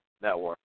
network